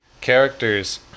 characters